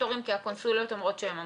תורים כי הקונסוליות אומרות שהן עמוסות.